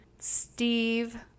Steve